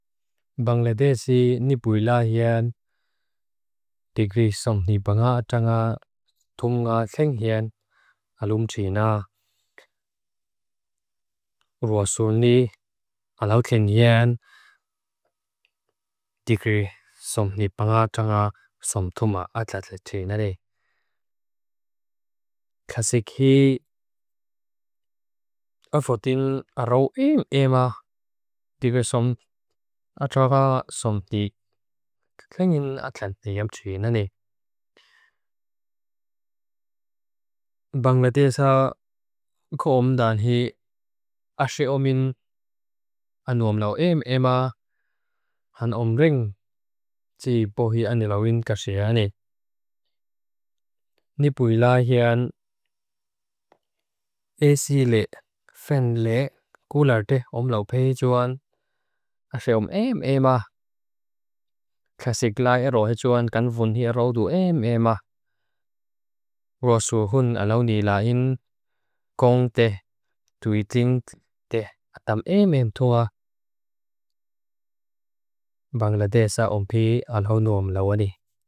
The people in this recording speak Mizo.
Bangladesi nipuy la hyen digri som nipanga atanga thum nga kling hyen alum trina. Ruasulni alaw ken hyen digri som nipanga atanga som thum nga atlanta trina re. Kasik hyi afodin araw eem eema digri som atrawa som thik kling hyen atlanta yam trina re. Bangladesa ko omdani hyi ashe omin anuom lau eem eema han om ring tsiboh hyi anilawin kasya hyen re. Nipuy la hyen esi le, fen le, gularte om laupe hyi joan ashe om eem eema. Kasik la ero hyi joan ganvun hyi arodu eem eema. Ruasul hun alaw ni laen gong te, tuiting te, atam eem eem thua. Bangladesa om pi alaw nuom lau ani.